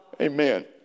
Amen